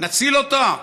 נציל אותה?